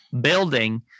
building